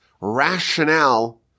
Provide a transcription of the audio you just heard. rationale